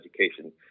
education